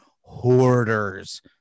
hoarders